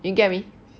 you get me